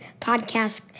podcast